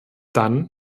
dann